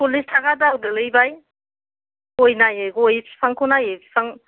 सलिस थाखा दाल गोलैबाय गय नाङै गय फिफांखौ नायै फिफां